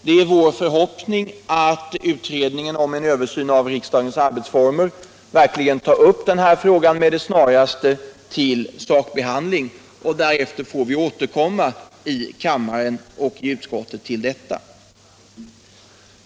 Det är vår förhoppning att utredningen om en översyn av riksdagens arbetsformer med det snaraste verkligen tar upp frågan till sakbehandling, och därefter får vi återkomma till den i utskottet och i kammaren.